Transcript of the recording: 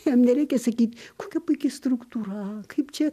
jam nereikia sakyt kokia puiki struktūra kaip čia